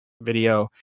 video